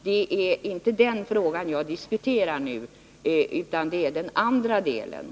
Det är inte den frågan jag nu diskuterar, utan det är behandlingsanläggningen.